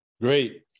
Great